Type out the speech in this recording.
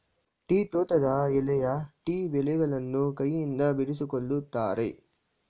tea ತೋಟದ ಎಳೆಯ tea ಎಲೆಗಳನ್ನು ಕೈಯಿಂದ ಬಿಡಿಸಿಕೊಳ್ಳುತ್ತಾರೆ